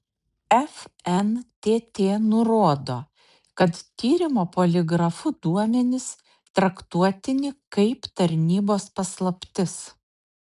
fntt nurodo kad tyrimo poligrafu duomenys traktuotini kaip tarnybos paslaptis